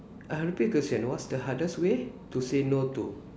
uh repeat the question what's the hardest way to say no to